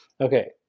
Okay